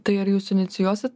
tai ar jūs inicijuosi